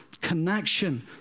connection